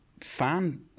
fan